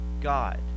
God